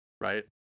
right